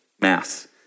Mass